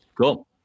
cool